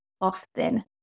often